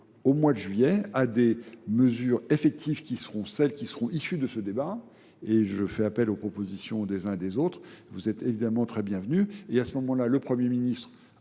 au mois de juillet à des mesures effectives qui seront celles qui seront issues de ce débat. et je fais appel aux propositions des uns des autres, vous êtes évidemment très bienvenus, et à ce moment-là, le Premier ministre